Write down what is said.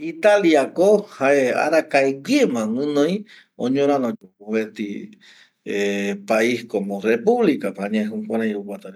Italia ko jae arakae güe ma gunoi oñoraro mopeti ˂hesitation˃ pais como republica jaema jukurei oguata reta.